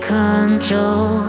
control